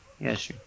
Yes